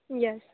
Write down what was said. yes